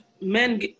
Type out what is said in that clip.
men